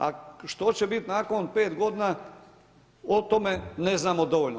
A što će biti nakon pet godina o tome ne znamo dovoljno.